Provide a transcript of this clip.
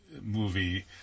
movie